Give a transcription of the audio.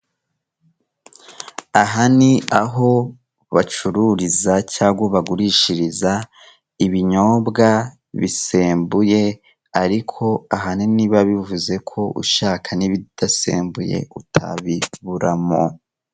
Aha ni aho bacururiza cyangwa bagurishiriza ibinyobwa bisembuye ariko aha ntibiba bivuze ko ushaka n'ibidasembuye utabiburamo.